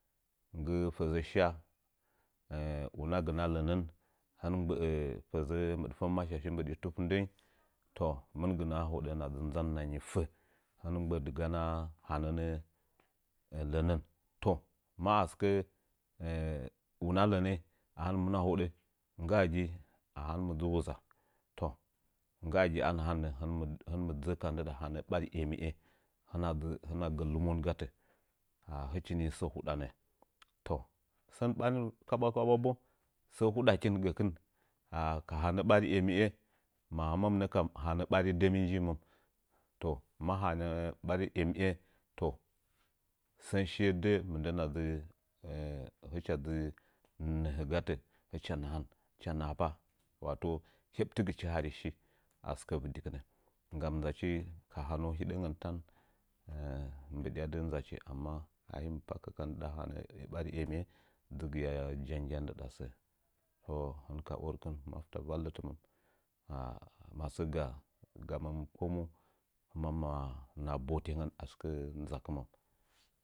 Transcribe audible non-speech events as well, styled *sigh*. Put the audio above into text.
Nggɨ fəzə shaa una gma lənən hɨnəm gbə'ə fəzə mɨɗfəngmasashi mbɨdi tuf ndəing toh mɨngɨnə a hoɗə hɨna dzɨ ndzan hɨna ngifə hɨnmi gbə'ədi gana hanənəl ənən masɨkə *hesitation* una lənəing ahɨm mɨnə a hodə nggaagi ahɨnɨm dzɨ wuza toh gaagi anahannə hɨnɨm dzə'ə ka ndɨɗa hanə barife emiye hɨna dzɨ hinə gə lɨmon gatə ana hɨchi ni səə hula nə toh sən kabwa kwaɓa bo səə huɗakin gə kɨn are ka hanə ɓari emnye mahɨməm nəkam ɓari demi njiməm toh mə hanə ɓari emiye to sən shiye də'ə mɨndən na dzɨ hɨcha dzi nəhə gatə hɨcha nahan hɨcha nahapa wato heb tɨgnchi hari shi asɨkə vɨdi kɨnə nggam ndachi ka hanəung hidəngən tan mɨ mbɨdyadɨ ndzachi amma ahim pakə ka ndɨɗa ha nə ɓari emiye dzɨgiya jangga ndɨɗa sə toh hɨn ka arkɨn mafta valtɨaməm ma masəga gaməm komu həməm ma naha botengən a gɨkə ndzakɨməm